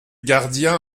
gardien